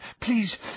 Please